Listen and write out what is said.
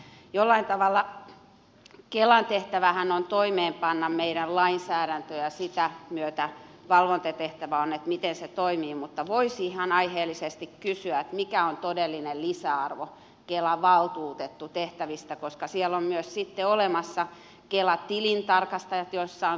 jollain tavallahan kelan tehtävä on toimeenpanna meidän lainsäädäntöä ja sen myötä on valvontatehtävä sen suhteen miten se toimii mutta voisi ihan aiheellisesti kysyä mikä on todellinen lisäarvo kelan valtuutettujen tehtävistä koska siellä on sitten olemassa myös kelan tilintarkastajat joissa on kansanedustajia